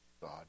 God